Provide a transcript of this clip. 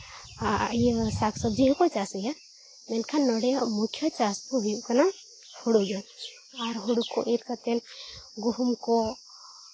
ᱤᱭᱟᱹ ᱥᱟᱠ ᱥᱚᱵᱽᱡᱤ ᱦᱚᱸᱠᱚ ᱪᱟᱥ ᱜᱮᱭᱟ ᱢᱮᱱᱠᱷᱟᱱ ᱱᱚᱰᱮ ᱢᱩᱪᱷᱟᱹ ᱪᱟᱥ ᱫᱚ ᱦᱩᱭᱩᱜ ᱠᱟᱱᱟ ᱦᱳᱲᱳᱜᱮ ᱟᱨ ᱦᱳᱲᱳ ᱠᱚ ᱤᱨᱻ ᱠᱟᱛᱮ ᱜᱩᱦᱩᱢ ᱠᱚ